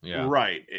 Right